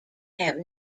have